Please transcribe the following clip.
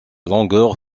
longueur